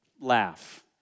laugh